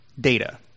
data